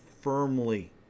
firmly